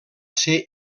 ser